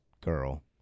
girl